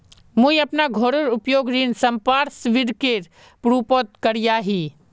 मुई अपना घोरेर उपयोग ऋण संपार्श्विकेर रुपोत करिया ही